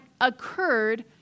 occurred